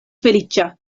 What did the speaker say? feliĉa